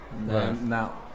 now